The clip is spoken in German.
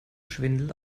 schwindel